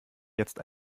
jetzt